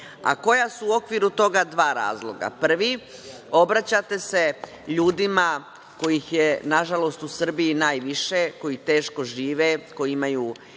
a koja su u okviru toga dva razloga? Prvi, obraćate se ljudima kojih je, nažalost, u Srbiji najviše koji teško žive, koji imaju